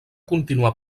continuar